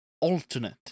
alternate